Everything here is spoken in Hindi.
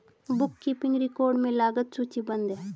बुक कीपिंग रिकॉर्ड में लागत सूचीबद्ध है